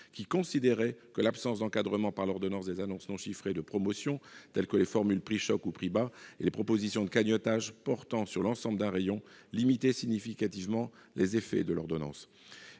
considéraient que l'absence d'encadrement par l'ordonnance des annonces non chiffrées de promotion, telles les formules « prix-choc » ou « prix bas » et les propositions de cagnottage portant sur l'ensemble d'un rayon limitaient significativement les effets de l'ordonnance.